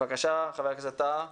בבקשה, חבר הכנסת טאהא,